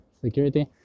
security